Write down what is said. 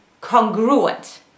congruent